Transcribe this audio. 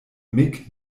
mick